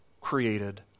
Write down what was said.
created